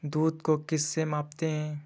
दूध को किस से मापते हैं?